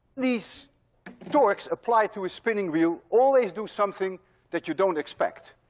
these torques applied to a spinning wheel always do something that you don't expect.